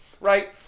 right